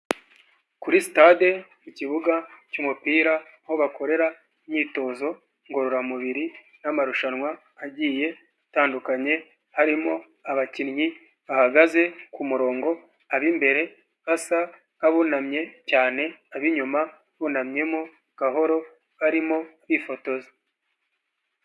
Kuri stade ikibuga cy'umupira aho bakorera imyitozo ngororamubiri n'amarushanwa agiye atandukanye, harimo abakinnyi bahagaze ku murongo ab'imbere basa nk'abunamye cyane ab'inyuma bunamyemo gahoro barimo bifotoza.